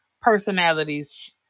personalities